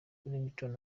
ringtone